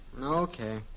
Okay